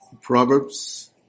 Proverbs